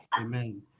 Amen